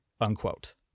unquote